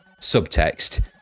subtext